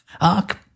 Arc